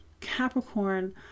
Capricorn